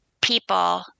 people